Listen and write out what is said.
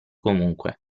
comunque